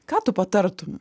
ką tu patartum